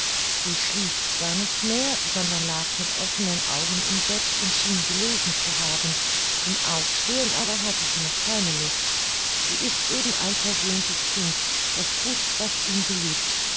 sie schlief zwar nicht mehr sondern lag mit offenen augen im bett und schien gelesen zu haben zum aufstehen aber hatte sie noch keine lust sie ist eben ein verwöhntes kind das thut was ihm beliebt